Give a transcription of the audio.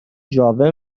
جامع